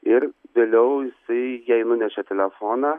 ir vėliau jisai jai nunešė telefoną